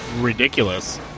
ridiculous